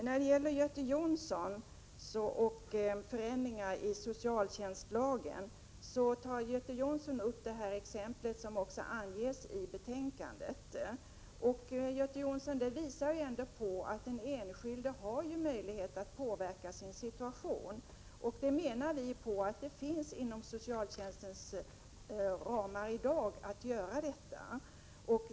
Herr talman! När det gäller förändringar i socialtjänstlagen tar Göte Jonsson upp det exempel som också anges i betänkandet. Detta exempel, Göte Jonsson, visar ändå att den enskilde har möjlighet att påverka sin situation. Vi menar att det i dag finns sådana möjligheter inom socialtjänslagens ramar.